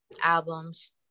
Albums